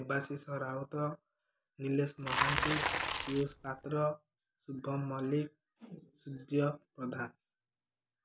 Sabashish Rout Nilesh Mohanty Piyush Patra Shubham Mallick Surya Pradhan